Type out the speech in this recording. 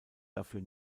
dafür